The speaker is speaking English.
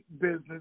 business